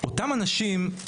אותם אנשים,